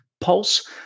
pulse